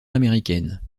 américaine